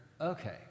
okay